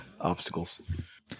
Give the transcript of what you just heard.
obstacles